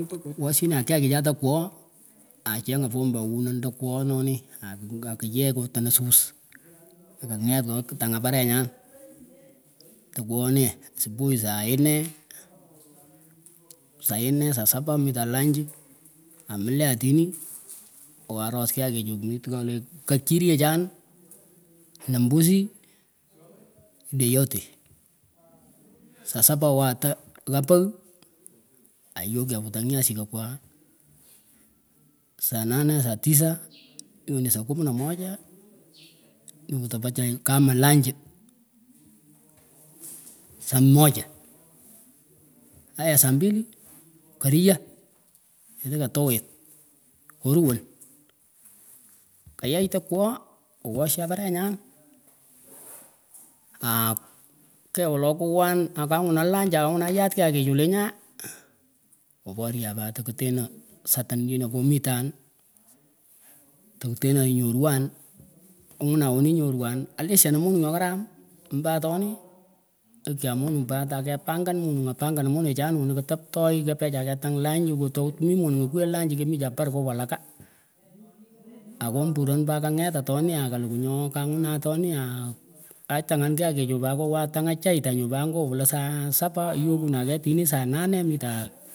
Was shinah kyakichan tekwoh achengan pombah awumin tekwah nonih aki akyeh kotanah sus kenget kawah kutangah parengah tekwoh asubuhi nsaa nne saa saba mitan lunchi amilea tinih awah tos kyakihchuh mit tikoleh kechiryehchan na mbuzi den yote saa saba awah ta ghaa paugh ayokchan kupah kutany nyasih kekwah saa naneh saa tisa iwe ni saa kumi na moja hii utapachay kamah lunchih saa moja ayah saa mbili keriyah nyeteh katuwit kuruwan keyech tewooh kuwoshan perenyan aah kehwolokowan akanguhah lunchi angunah yat kyakichuh lee nyaeh koporyah pat tekutenah sahtan nyinan komitan tekutenahenyun wan angunah wenih nyorwan alishanan komton tekutenanenyun wan angunah wenih nyorwa alishana moning nyohkaram omba atonih opchan moning pat akepangan nyuh panganan monechan wanah kataptoy kepechah ketang luchi kutok min monunguh kwiah lunchi kemichah par ngoh walaka akomburan pat kanget atonih akalukuh nyoh kangunah atonih aah atangan kyakichuh pat kowah tang acheytanguh pat ngoh wolah sa saba ayokunah keyh tinih saa nane mitah.